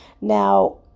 Now